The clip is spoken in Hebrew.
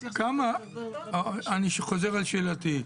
אני חוזר על שאלתי.